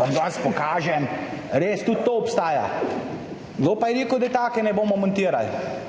vam danes pokažem. Res, tudi to obstaja. Kdo pa je rekel, da take ne bomo montirali.